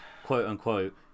quote-unquote